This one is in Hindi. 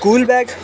school bag